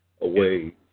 away